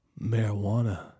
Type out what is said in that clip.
Marijuana